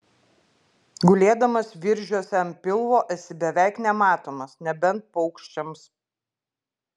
gulėdamas viržiuose ant pilvo esi beveik nematomas nebent paukščiams